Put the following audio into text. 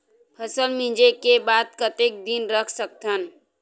फसल मिंजे के बाद कतेक दिन रख सकथन?